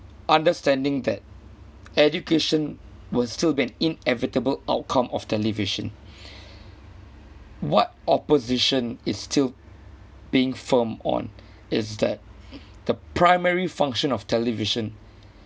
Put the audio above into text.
understanding that education will still be an inevitable outcome of television what opposition is still being firmed on is that the primary function of television